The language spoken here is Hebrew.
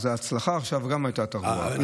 גם ההצלחה עכשיו הייתה בתחבורה,